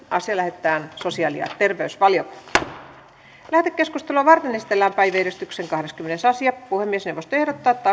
asia lähetetään sosiaali ja terveysvaliokuntaan lähetekeskustelua varten esitellään päiväjärjestyksen kahdeskymmenes asia puhemiesneuvosto ehdottaa että